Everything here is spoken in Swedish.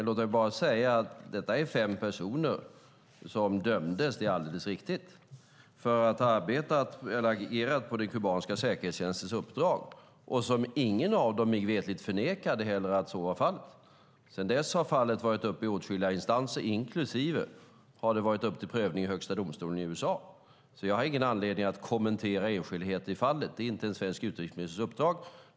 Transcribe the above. Låt mig dock säga att det handlar om fem personer som dömdes - det är helt riktigt - för att ha agerat på den kubanska säkerhetstjänstens uppdrag. Mig veterligt förnekade ingen av dem heller att så var fallet. Sedan dess har fallet varit uppe i åtskilliga instanser, inklusive Högsta domstolen i USA. Jag har ingen anledning att kommentera enskildheter i fallet. Det är inte en svensk utrikesministers uppdrag.